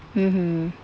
mmhmm